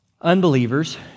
Unbelievers